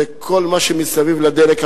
זה כל מה שמסביב לדלק,